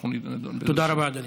אנחנו, תודה רבה, אדוני.